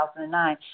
2009